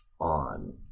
on